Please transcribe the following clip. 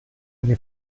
eine